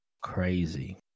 Crazy